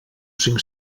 cinc